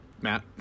Matt